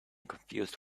confused